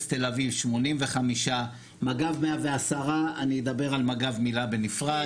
תל אביב 85. מג"ב 110. אני אדבר על מג"ב מילה בנפרד.